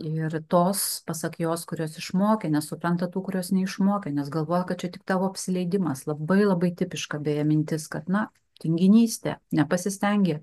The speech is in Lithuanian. ir tos pasak jos kurios išmokė nesupranta tų kurios neišmokė nes galvoja kad čia tik tavo apsileidimas labai labai tipiška beje mintis kad na tinginystė nepasistengė